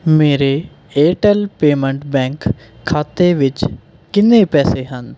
ਮੇਰੇ Airtel payment bank ਖਾਤੇ ਵਿੱਚ ਕਿੰਨੇ ਪੈਸੇ ਹਨ